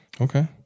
okay